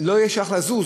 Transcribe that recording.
לא יהיה שטח לזוז,